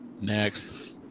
Next